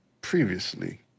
previously